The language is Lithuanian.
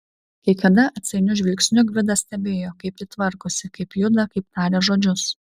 kai kada atsainiu žvilgsniu gvidas stebėjo kaip ji tvarkosi kaip juda kaip taria žodžius